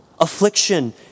Affliction